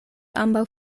ambaŭ